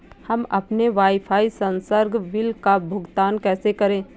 हम अपने वाईफाई संसर्ग बिल का भुगतान कैसे करें?